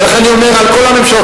ולכן אני אומר על כל הממשלות,